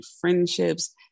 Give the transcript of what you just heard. friendships